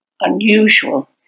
unusual